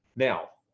now,